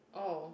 oh